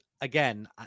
Again